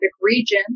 region